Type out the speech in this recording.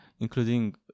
including